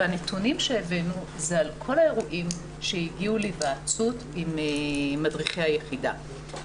והנתונים שהבאנו הם על כל האירועים שהגיעו להיוועצות עם מדריכי היחידה.